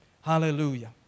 Hallelujah